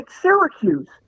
Syracuse